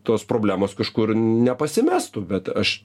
tos problemos kažkur nepasimestų bet aš